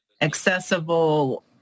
accessible